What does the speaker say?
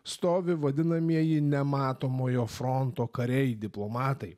stovi vadinamieji nematomojo fronto kariai diplomatai